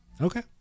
Okay